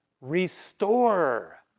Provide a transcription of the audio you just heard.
restore